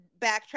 backtrack